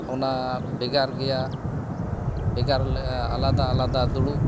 ᱚᱱᱟ ᱵᱮᱜᱟᱨ ᱜᱮᱭᱟ ᱵᱮᱜᱟᱨ ᱟᱞᱟᱫᱟ ᱟᱞᱟᱫᱟ ᱫᱩᱲᱩᱵ